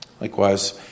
Likewise